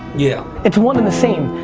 yeah it's one and the same.